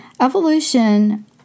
Evolution